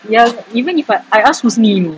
ya even if I I asked husni you know